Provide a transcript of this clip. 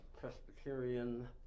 Presbyterian